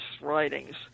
writings